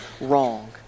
wrong